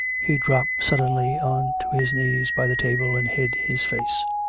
he dropped suddenly on to his knees by the table and hid his face.